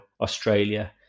Australia